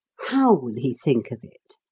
how will he think of it?